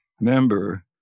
member